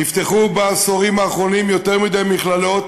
נפתחו בעשורים האחרונים יותר מדי מכללות,